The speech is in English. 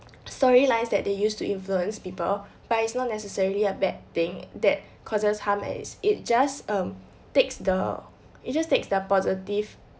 story lines that they use to influence people but it's not necessarily a bad thing that causes harm as it just um takes the it just takes the positive